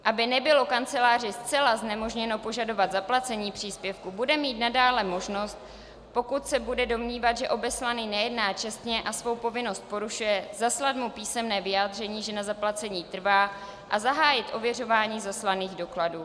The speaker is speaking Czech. Aby nebylo kanceláři zcela znemožněno požadovat zaplacení příspěvku, bude mít nadále možnost, pokud se bude domnívat, že obeslaný nejedná čestně a svou povinnost porušuje, zaslat mu písemné vyjádření, že na zaplacení trvá, a zahájit ověřování zaslaných dokladů.